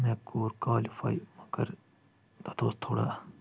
مےٚ کوٚر کالفٲے مگر تتھ اوس تھوڑا